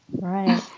Right